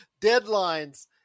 deadlines